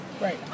Right